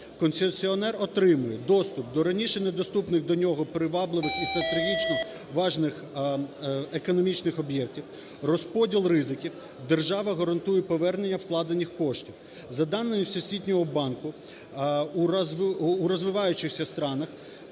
Концесіонер отримує доступ до раніше недоступних до нього привабливих і стратегічно важливих економічних об'єктів, розподіл ризиків. Держава гарантує повернення вкладених коштів. За даними Всесвітнього банку, у розвивающихся странах